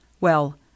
Well